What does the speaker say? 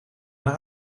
naar